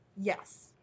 Yes